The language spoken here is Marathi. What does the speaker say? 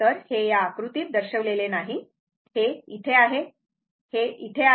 तर हे या आकृतीत दर्शविलेले नाही हे येथे आहे ते तेथे आहे